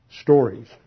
stories